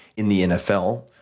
in the nfl,